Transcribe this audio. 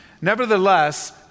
Nevertheless